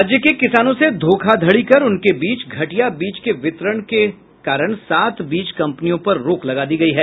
राज्य के किसानों से धोखाधड़ी कर उनके बीच घटिया बीज के वितरण करने के कारण सात बीज कंपनियों पर रोक लगा दी गयी है